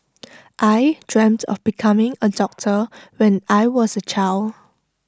I dreamt of becoming A doctor when I was A child